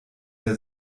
der